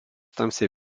tamsiai